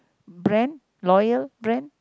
brand loyal brand